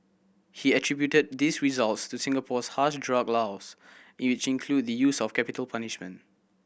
he attributed these results to Singapore's harsh drug laws in which include the use of capital punishment